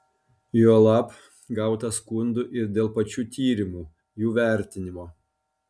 juolab gauta skundų ir dėl pačių tyrimų jų vertinimo